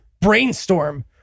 brainstorm